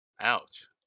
Ouch